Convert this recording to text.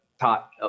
taught